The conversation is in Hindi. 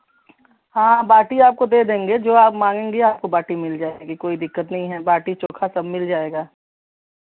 हाँ बाटी आपको दे देंगे जो आप मांगेंगी आपको बाटी मिल जाएगी कोई दिक्कत नहीं है बाटी चोखा सब मिल जाएगा